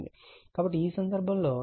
కాబట్టి ఈ సందర్భంలో ఈ గరిష్ట విలువ √ 2 V